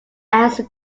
answer